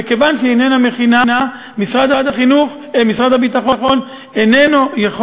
וכיוון שהוא איננו מכינה משרד הביטחון איננו יכול